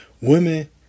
Women